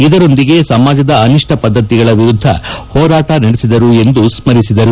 ಇದರೊಂದಿಗೆ ಸಮಾಜದ ಅನಿಷ್ವ ಪದ್ದತಿಗಳ ವಿರುದ್ದ ಹೋರಾಟ ನಡೆಸಿದರು ಎಂದು ಸ್ಮರಿಸಿದರು